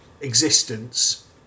existence